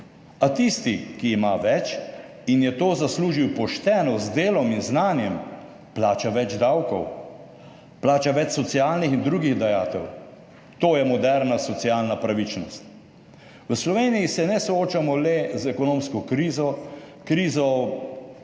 A tisti, ki ima več in je to zaslužil pošteno z delom in znanjem, plača več davkov, plača več socialnih in drugih dajatev. To je moderna socialna pravičnost. V Sloveniji se ne soočamo le z ekonomsko krizo, krizo,